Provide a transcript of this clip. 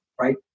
right